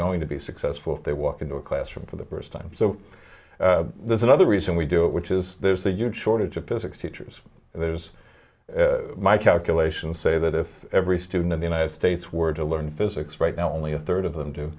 going to be successful if they walk into a classroom for the first time so there's another reason we do it which is there's a huge shortage of physics teachers there's my calculations say that if every student in the united states were to learn physics right now only a third of them do